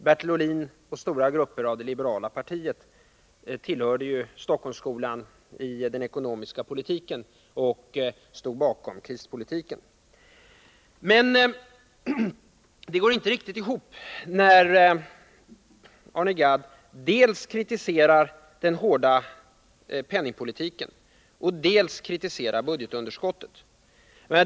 Bertil Ohlin och stora grupper av det liberala partiet tillhörde Stockholmsskolan i den ekonomiska politiken och stod bakom krispolitiken. Men det går inte riktigt ihop när Arne Gadd dels kritiserar den hårda penningpolitiken, dels kritiserar budgetunderskottet.